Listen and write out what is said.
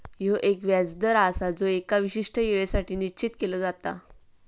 ह्यो एक व्याज दर आसा जो एका विशिष्ट येळेसाठी निश्चित केलो जाता